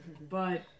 But-